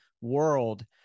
world